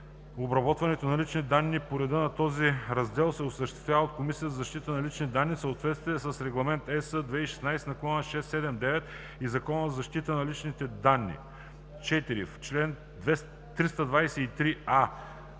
обработването на лични данни по реда на този раздел се осъществява от Комисията за защита на личните данни в съответствие с Регламент (ЕС) 2016/679 и Закона за защита на личните данни.“ 4. В чл. 323а: